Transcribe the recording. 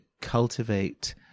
cultivate